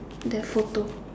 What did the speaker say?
the photo